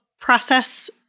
process